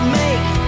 make